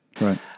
Right